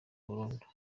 burundu